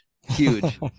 huge